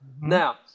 now